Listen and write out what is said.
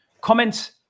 comments